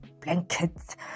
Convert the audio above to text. blankets